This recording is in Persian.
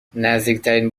نزدیکترین